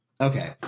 Okay